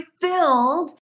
filled